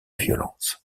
violence